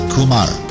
Kumar